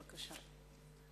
בבקשה.